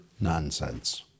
nonsense